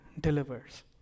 delivers